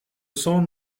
cent